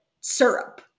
syrup